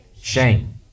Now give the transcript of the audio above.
shame